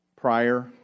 prior